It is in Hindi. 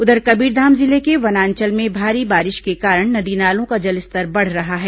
उधर कबीरधाम जिले के वनांचल में भारी बारिश के कारण नदी नालों का जलस्तर बढ़ रहा है